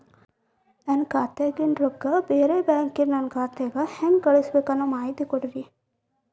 ನನ್ನ ಖಾತಾದಾಗಿನ ರೊಕ್ಕ ಬ್ಯಾರೆ ಬ್ಯಾಂಕಿನ ನನ್ನ ಖಾತೆಕ್ಕ ಹೆಂಗ್ ಕಳಸಬೇಕು ಅನ್ನೋ ಮಾಹಿತಿ ಕೊಡ್ರಿ?